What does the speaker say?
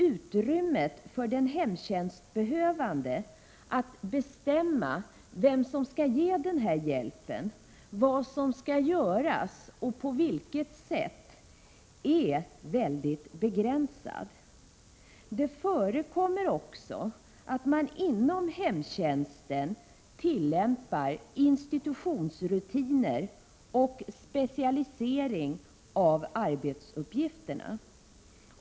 Utrymmet för den hemtjänstbehövande att bestämma vem som skall ge hjälpen, vad som skall göras och på vilket sätt det skall göras är mycket begränsat. Det förekommer också att hemtjänsten tillämpar institutionsrutiner och specialisering av arbetsuppgifterna.